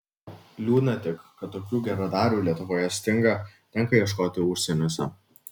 liūdna tik kad tokių geradarių lietuvoje stinga tenka ieškoti užsieniuose